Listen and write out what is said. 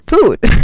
food